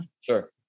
sure